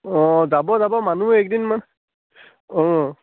অঁ যাব যাব মানুহ এইকেইদিন মানে অঁ